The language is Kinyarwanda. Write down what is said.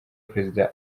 perezida